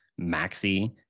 Maxi